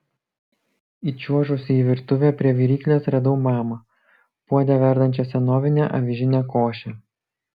įčiuožusi į virtuvę prie viryklės radau mamą puode verdančią senovinę avižinę košę